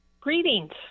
Greetings